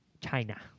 China